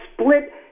split